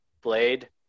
Blade